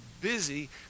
busy